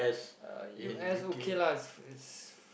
uh U_S okay lah it it's